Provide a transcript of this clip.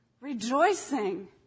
rejoicing